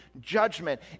judgment